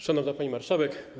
Szanowna Pani Marszałek!